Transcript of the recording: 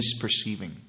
misperceiving